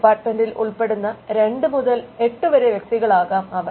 ഡിപ്പാർട്ട്മെന്റിൽ ഉൾപ്പെടുന്ന 2 മുതൽ 8 വരെ വ്യക്തികളാകാം അവർ